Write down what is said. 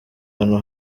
hano